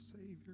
savior